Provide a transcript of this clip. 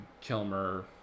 kilmer